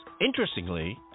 Interestingly